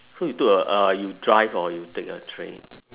so you took a uh you drive or you take a train